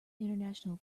international